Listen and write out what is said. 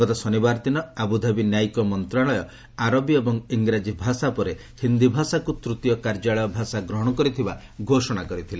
ଗତ ଶନିବାର ଦିନ ଆବୁଧାବି ନ୍ୟାୟିକ ମନ୍ତ୍ରଣାଳୟ ଆରବୀ ଏବଂ ଇଂରାଜୀ ଭାଷା ପରେ ହିନ୍ଦୀ ଭାଷାକୁ ତୃତୀୟ କାର୍ଯ୍ୟାଳୟ ଭାଷା ଗ୍ରହଣ କରିଥିବା ଘୋଷଣା କରିଥିଲେ